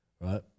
right